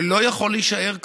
זה לא יכול להישאר כך.